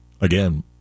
Again